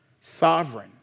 Sovereign